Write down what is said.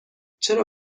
چرا